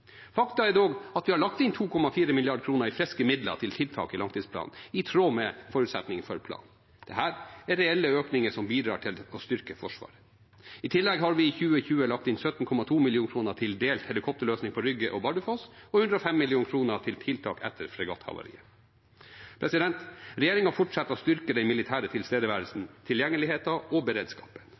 Fakta er dog at vi har lagt inn 2,4 mrd. kr i friske midler til tiltak i langtidsplanen, i tråd med forutsetningene for planen. Dette er reelle økninger som bidrar til å styrke Forsvaret. I tillegg har vi for 2020 lagt inn 17,2 mill. kr til delt helikopterløsning på Rygge og Bardufoss og 105 mill. kr. til tiltak etter fregatthavariet. Regjeringen fortsetter å styrke den militære tilstedeværelsen, tilgjengeligheten og beredskapen.